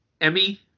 Emmy